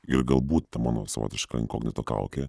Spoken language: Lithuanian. ir galbūt ta mano savotiška inkognito kaukė